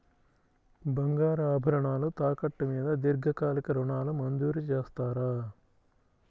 బంగారు ఆభరణాలు తాకట్టు మీద దీర్ఘకాలిక ఋణాలు మంజూరు చేస్తారా?